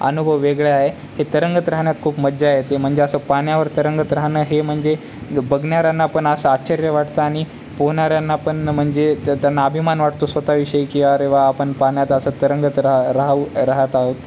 अनुभव वेगळं आहे हे तरंगत राहण्यात खूप मज्जा येते म्हणजे असं पाण्यावर तरंगत राहणं हे म्हणजे बघणाऱ्यांनापण असं आश्चर्य वाटतं आणि पोहणाऱ्यांनापण म्हणजे त्यांना अभिमान वाटतो स्वतःविषयी की अरे वा आपण पाण्यात असं तरंगत राहू राहू राहत आहोत